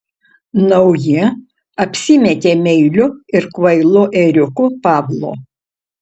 nauji apsimetė meiliu ir kvailu ėriuku pavlo